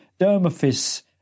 Dermophis